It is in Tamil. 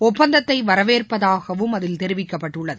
ஒப்பந்தத்தை வரவேற்பதாகவும் அதில் தெரிவிக்கப்பட்டுள்ளது